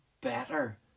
better